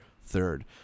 third